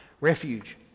refuge